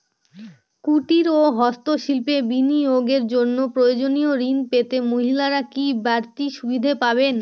কুটীর ও হস্ত শিল্পে বিনিয়োগের জন্য প্রয়োজনীয় ঋণ পেতে মহিলারা কি বাড়তি সুবিধে পাবেন?